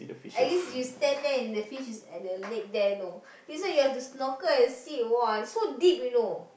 at least you stand there and the fish is at the leg there you know this one you have to snorkel and see !wah! so deep you know